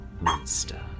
monster